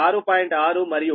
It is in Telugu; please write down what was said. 6 మరియు 115 KV